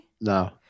No